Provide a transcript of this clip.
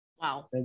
wow